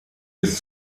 bis